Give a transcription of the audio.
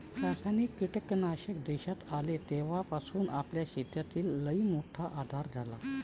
रासायनिक कीटकनाशक देशात आले तवापासून आपल्या शेतीले लईमोठा आधार झाला